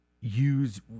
Use